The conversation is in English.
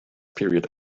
period